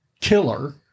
killer